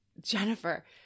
Jennifer